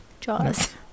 Jaws